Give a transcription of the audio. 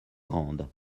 grande